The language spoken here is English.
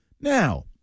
Now